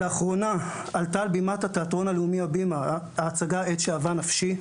לאחרונה עלתה על בימת התיאטרון הלאומי הבימה ההצגה "את שאהבה נפשי",